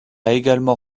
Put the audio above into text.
également